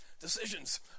decisions